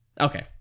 Okay